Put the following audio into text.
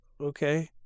okay